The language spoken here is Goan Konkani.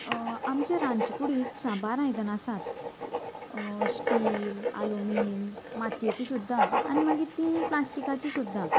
आमचें रांदचे कुडींत साबार आयदनां आसात स्टील आलुमियन मातयेची सुद्दां आनी मागीर ती प्लास्टिकाची सुद्दां